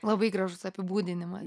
labai gražus apibūdinimai